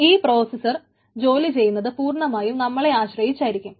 ഈ പ്രോസസർ ജോലി ചെയ്യുന്നത് പൂർണമായും നമ്മളെ ആശ്രയിച്ചായിരിക്കും